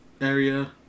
area